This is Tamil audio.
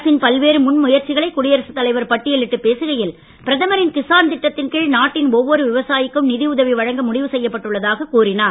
அரசின் பல்வேறு முன் முயற்சிகளை குடியரசுத் தலைவர் பட்டியலிட்டுப் பேசுகையில் பிரதமரின் கிசான் திட்டத்தின் கீழ் நாட்டின் ஒவ்வொரு விவசாயிக்கும் நிதி உதவி வழங்க முடிவு செய்யப்பட்டு உள்ளதாகக் கூறினார்